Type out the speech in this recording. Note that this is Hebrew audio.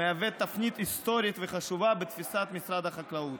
המהווה תפנית היסטורית וחשובה בתפיסת משרד החקלאות